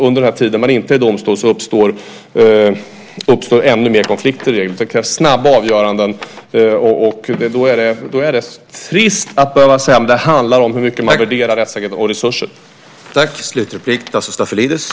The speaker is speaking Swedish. Under den tid man inte är i domstol uppstår ännu mer konflikter i regel. Det ska vara snabba avgöranden. Det är trist att behöva säga att det handlar om resurser och om hur mycket man värderar rättssäkerheten.